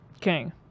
King